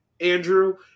Andrew